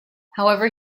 however